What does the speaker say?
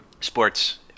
Sports